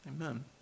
Amen